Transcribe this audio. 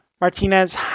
Martinez